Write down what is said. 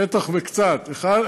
פתח וקצת אחד.